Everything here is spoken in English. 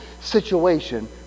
situation